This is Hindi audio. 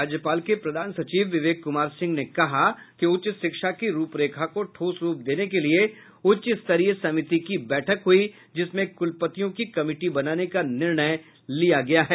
राज्यपाल के प्रधान सचिव विवेक कुमार सिंह ने कहा कि उच्च शिक्षा की रूपरेखा को ठोस रूप देने के लिए उच्च स्तरीय समिति की बैठक हुई जिसमें कुलपतियों की कमिटी बनाने का निर्णय लिया गया है